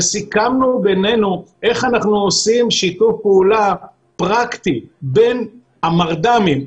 וסיכמנו בינינו איך אנחנו עושים שיתוף פעולה פרקטי בין המרד"מים,